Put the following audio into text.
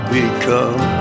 become